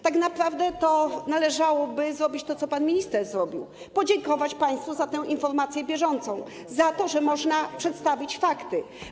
Tak naprawdę to należałoby zrobić to, co pan minister zrobił, a więc podziękować państwu za tę informację bieżącą, za to, że można przedstawić fakty.